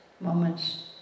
moments